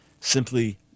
simply